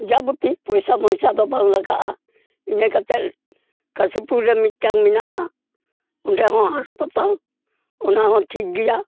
ᱡᱟᱵᱩᱛᱤ ᱯᱚᱭᱥᱟ ᱢᱚᱭᱥᱟ ᱫᱚ ᱵᱟᱝ ᱞᱟᱜᱟᱜᱼᱟ ᱤᱱᱟᱹ ᱠᱟᱛᱮᱫ ᱠᱟᱥᱤᱯᱩᱨ ᱨᱮ ᱢᱤᱫᱴᱟᱝ ᱢᱮᱱᱟᱜᱼᱟ ᱚᱸᱰᱮ ᱦᱚᱸ ᱦᱟᱥᱯᱟᱛᱟᱞ ᱚᱱᱟ ᱦᱚᱸ ᱴᱷᱤᱠ ᱜᱮᱭᱟ